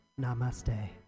Namaste